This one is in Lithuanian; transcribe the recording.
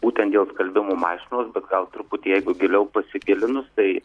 būtent dėl skalbimo mašinos bet gal truputį jeigu giliau pasigilinus tai